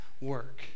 work